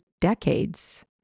decades